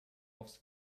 aufs